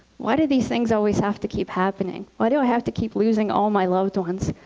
why do these things always have to keep happening? why do i have to keep losing all my loved ones?